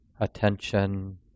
attention